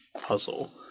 puzzle